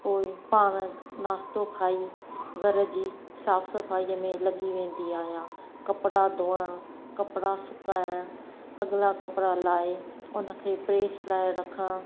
पोइ पाण नाश्तो खाई घर जी साफ़ु सफ़ाईअ में लॻी वेंदी आहियां कपिड़ा धुअणु कपिड़ा सुकाइण अगला कपिड़ा लाइ उन खे प्रेस लाइ रखण